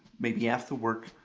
maybe after work,